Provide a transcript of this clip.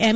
એમ